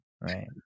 right